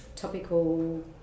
topical